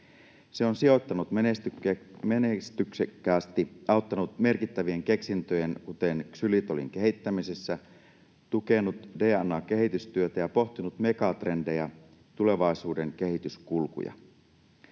Se on sijoittanut menestyksekkäästi, auttanut merkittävien keksintöjen, kuten ksylitolin, kehittämisessä, tukenut DNA-kehitystyötä ja pohtinut megatrendejä, tulevaisuuden kehityskulkuja.